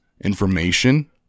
information